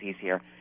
easier